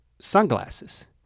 sunglasses